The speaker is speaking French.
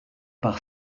par